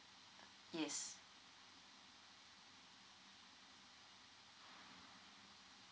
yes